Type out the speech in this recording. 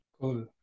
Cool